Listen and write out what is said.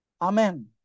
Amen